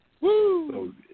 Woo